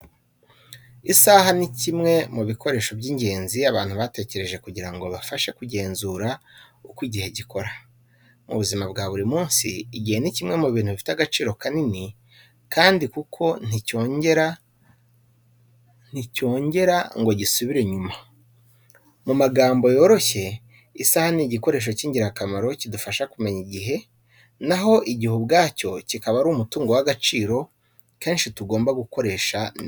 Isaha ni kimwe mu bikoresho by’ingenzi abantu batekereje kugira ngo bafashe kugenzura uko igihe gikora. Mu buzima bwa buri munsi, igihe ni kimwe mu bintu bifite agaciro kanini kuko nticyongera ngo gisubire inyuma. Mu magambo yoroshye, isaha ni igikoresho cy’ingirakamaro kidufasha kumenya igihe, na ho igihe cyo ubwacyo kikaba ari umutungo w’agaciro kenshi tugomba gukoresha neza.